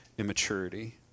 immaturity